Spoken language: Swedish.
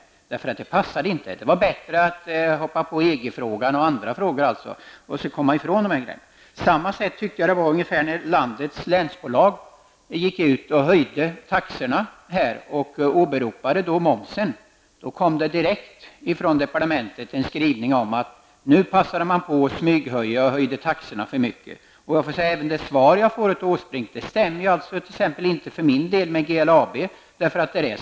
Det passade inte. Det var bättre att hoppa på EG-frågan och andra frågor för att komma ifrån detta. På samma sätt tycker jag att det var när landets länsbolag höjde taxorna och åberopade momsen. Då kom det direkt en skrivelse från departementet om att man nu passat på att smyghöja taxorna för mycket. Det svar jag får av Erik Åsbrink stämmer inte med min erfarenhet från GLAB.